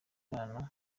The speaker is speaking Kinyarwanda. imana